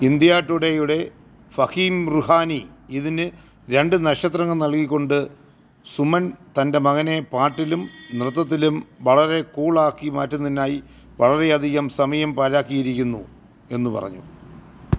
India Today യുടെ ഫഹീം റുഹാനി ഇതിന് രണ്ട് നക്ഷത്രങ്ങൾ നൽകിക്കൊണ്ട് സുമൻ തന്റെ മകനെ പാട്ടിലും നൃത്തത്തിലും വളരെ കൂളാക്കി മാറ്റുന്നതിനായി വളരെയധികം സമയം പാഴാക്കിയിരിക്കുന്നു എന്ന് പറഞ്ഞു